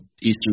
eastern